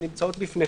הן נמצאות בפניכם.